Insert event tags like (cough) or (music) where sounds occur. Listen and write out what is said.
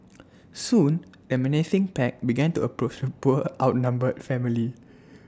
soon the menacing pack began to approach (noise) the poor outnumbered family (noise)